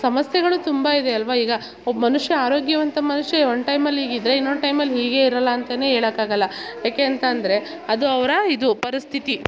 ಸಮಸ್ಯೆಗಳು ತುಂಬ ಇದೆ ಅಲ್ವ ಈಗ ಒಬ್ವ ಮನುಷ್ಯ ಆರೋಗ್ಯವಂತ ಮನುಷ್ಯ ಒನ್ ಟೈಮಲ್ಲಿ ಈಗಿದ್ದರೆ ಇನ್ನೊಂದು ಟೈಮಲ್ಲಿ ಹೀಗಿಯೇ ಇರೋಲ್ಲ ಅಂತಲೇ ಹೇಳೋಕ್ಕಾಗಲ್ಲ ಯಾಕೆ ಅಂತ ಅಂದ್ರೆ ಅದು ಅವರ ಇದು ಪರಿಸ್ಥಿತಿ